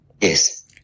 Yes